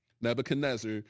Nebuchadnezzar